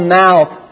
mouth